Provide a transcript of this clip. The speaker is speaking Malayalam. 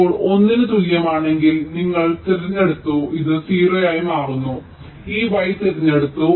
ഇപ്പോൾ 1 ന് തുല്യമാണെങ്കിൽ നിങ്ങളെ തിരഞ്ഞെടുത്തു ഇത് 0 ആയി മാറുന്നു അതിനാൽ ഈ y തിരഞ്ഞെടുത്തു